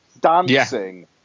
dancing